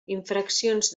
infraccions